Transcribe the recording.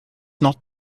not